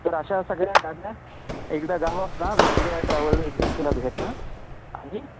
तर अशा सगळ्या गाड्या एकदा गावात ना वेगवेगळ्या ट्रॅव्हल एजन्सीला भेटा आणि